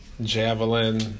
javelin